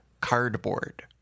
cardboard